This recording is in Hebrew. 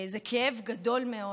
זה כאב גדול מאוד,